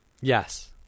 Yes